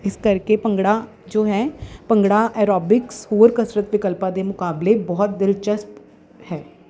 ਇਸ ਕਰਕੇ ਭੰਗੜਾ ਜੋ ਹੈ ਭੰਗੜਾ ਐਰੋਬਿਕਸ ਹੋਰ ਕਸਰਤ ਵਿਕਲਪਾਂ ਦੇ ਮੁਕਾਬਲੇ ਬਹੁਤ ਦਿਲਚਸਪ ਹੈ